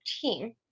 team